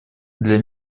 для